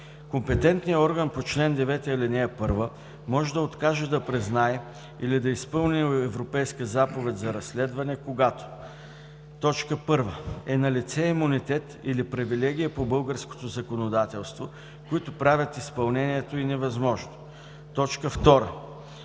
Компетентният орган по чл. 9, ал. 1 може да откаже да признае или да изпълни Европейска заповед за разследване, когато: 1. е налице имунитет или привилегия по българското законодателство, които правят изпълнението й невъзможно; 2.